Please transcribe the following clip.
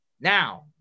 now